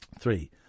Three